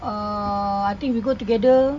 err I think we go together